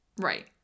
Right